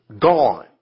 gone